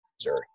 Missouri